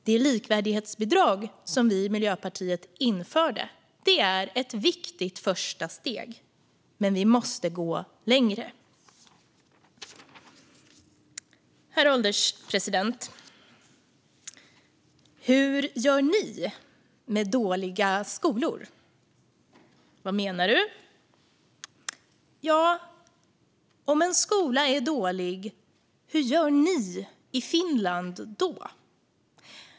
Det likvärdighetsbidrag som vi i Miljöpartiet införde är ett viktigt första steg, men vi måste gå längre. Herr ålderspresident! "Hur gör ni med dåliga skolor?" "Vad menar du?" "Jo, om en skola är dålig, hur gör ni i Finland då?"